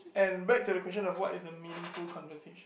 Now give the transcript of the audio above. and back to the question of what is a meaningful conversation